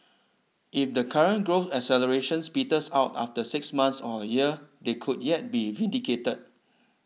if the current growth accelerations peters out after six months or a year they could yet be vindicated